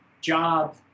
job